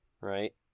right